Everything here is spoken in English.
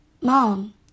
Mom